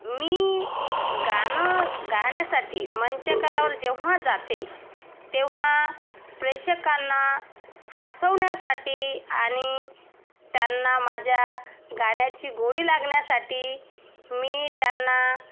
मी गाणं गाण्यासाठी मंचकावर जेव्हा जाते तेव्हा प्रेक्षकांना हसवण्यासाठी आणि त्यांना माझ्या गाण्याची गोडी लागण्यासाठी मी त्यांना